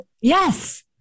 Yes